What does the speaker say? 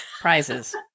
prizes